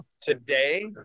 Today